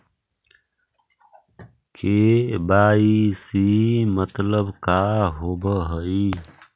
KYC मतलब का होव हइ?